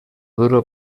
duro